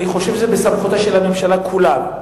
אני חושב שזה בסמכותה של הממשלה כולה.